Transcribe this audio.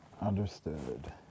Understood